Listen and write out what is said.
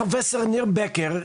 פרופ' ניר בקר,